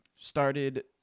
started